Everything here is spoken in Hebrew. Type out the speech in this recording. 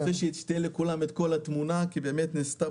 אני רוצה שתהיה לכולם כל התמונה כי נעשתה